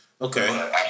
Okay